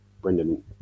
Brendan